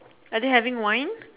are they having wine